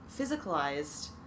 physicalized